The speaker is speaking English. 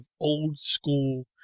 old-school